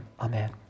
Amen